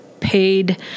paid